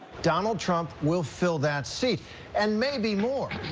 donald trump will fill that seat and maybe more.